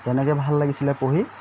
তেনেকৈ ভাল লাগিছিলে পঢ়ি